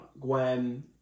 Gwen